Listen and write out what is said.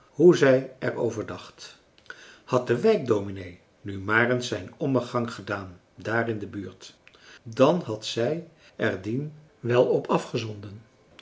hoe zij er over dacht had de wijkdominee nu maar eens zijn ommegang gedaan daar in de buurt dan had zij er dien wel op afgezonden